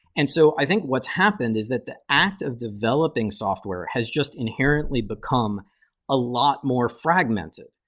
and so i think what's happened is that the act of developing software has just inherently become a lot more fragmented,